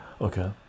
Okay